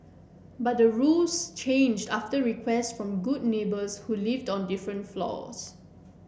but the rules changed after requests from good neighbours who lived on different floors